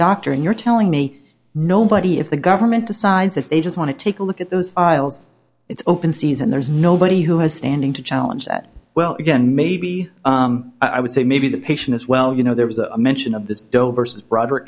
doctor and you're telling me nobody if the government decides if they just want to take a look at those files it's open season there's nobody who has standing to challenge that well again maybe i would say maybe the patient as well you know there was a mention of this dover says brodrick